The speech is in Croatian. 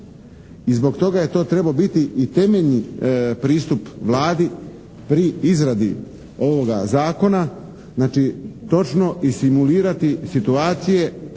I zbog toga je to trebao biti i temeljni pristup Vladi pri izradi ovoga zakona, znači točno isimulirati situacije